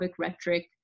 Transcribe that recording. rhetoric